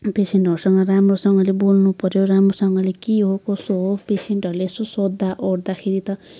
पेसेन्टहरूसँग राम्रोसँगले बोल्नु पऱ्यो राम्रोसँगले के हो कसो हो पेसेन्टहरूले यसो सोद्धा ओर्दा खेरि त